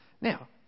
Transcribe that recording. Now